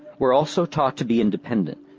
were also taught to be independent,